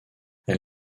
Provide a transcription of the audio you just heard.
elle